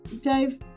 Dave